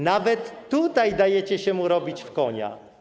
Nawet tutaj dajecie mu się robić w konia.